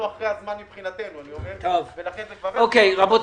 כבר אחרי הזמן מבחינתנו ולכן זה כבר --- רבותיי,